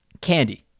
candy